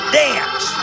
dance